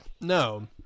No